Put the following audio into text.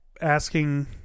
asking